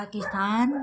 Pakistan